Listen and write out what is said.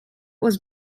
was